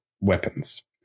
weapons